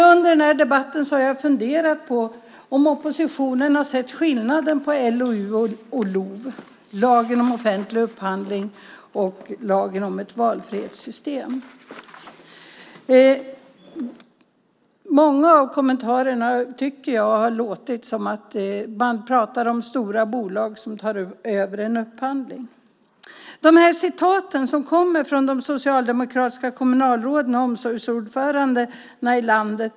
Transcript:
Under dagens debatt har jag funderat på om oppositionen sett skillnaden mellan LOU och LOV, lagen om offentlig upphandling och lag om valfrihetssystem. I många av kommentarerna har man talat om stora bolag som tar över en upphandling. Det jag läste upp i början av anförandet kommer från de socialdemokratiska kommunalråden och omsorgsordförandena i landet.